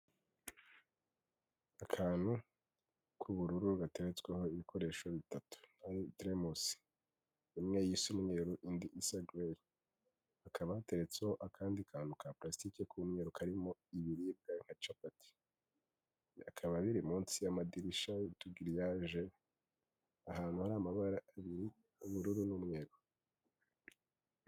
Akantu k'ubururu gateretsweho ibikoresho bitatu, hari iteremusi, imwe isa umweru, indi isa gireyi, hakaba hateretseho akandi kantu ka parasitike k'umweru karimo ibiribwa nka capati bikaba biri munsi y'amadirisha y'utugiriyaje ahantu hari amabara abiri ubururu n'umweru.